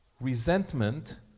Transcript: Resentment